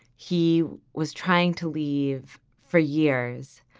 he was trying to leave for years.